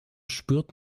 spürt